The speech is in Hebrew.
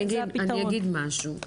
אני אגיד משהו.